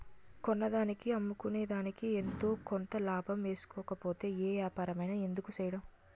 కొన్నదానికి అమ్ముకునేదికి ఎంతో కొంత లాభం ఏసుకోకపోతే ఏ ఏపారమైన ఎందుకు సెయ్యడం?